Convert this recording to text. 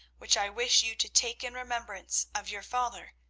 which i wish you to take in remembrance of your father,